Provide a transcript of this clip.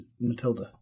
Matilda